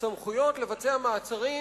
סמכויות לבצע מעצרים,